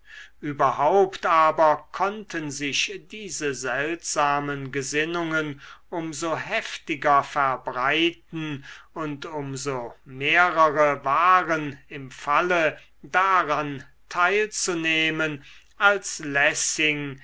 überhaupt aber konnten sich diese seltsamen gesinnungen um so heftiger verbreiten und um so mehrere waren im falle daran teilzunehmen als